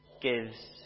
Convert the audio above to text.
gives